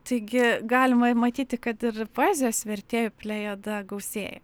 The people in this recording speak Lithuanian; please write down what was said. taigi galima matyti kad ir poezijos vertėjų plejada gausėja